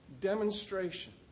demonstration